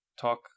talk